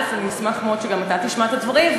אני אשמח מאוד שגם אתה תשמע את הדברים,